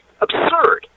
absurd